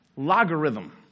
Logarithm